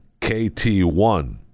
kt1